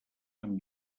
amb